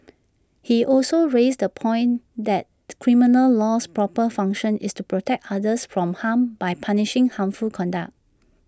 he also raised the point that criminal law's proper function is to protect others from harm by punishing harmful conduct